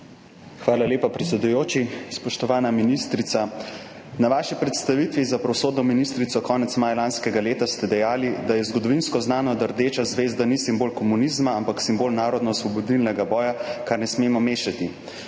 Hvala lepa, predsedujoči. Spoštovana ministrica! Na vaši predstavitvi za pravosodno ministrico konec maja lanskega leta ste dejali, da je zgodovinsko znano, da rdeča zvezda ni simbol komunizma, ampak simbol narodnoosvobodilnega boja, česar ne smemo mešati.